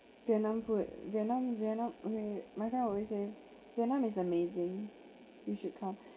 vietnam food vietnam vietnam wait my friend always vietnam is amazing you should come